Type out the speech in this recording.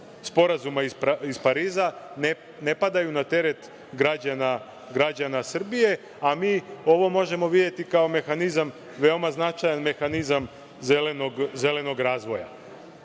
Sporazuma iz Pariza, ne padaju na teret građana Srbije, a mi ovo možemo videti kao veoma značajan mehanizam zelenog razvoja. Zeleni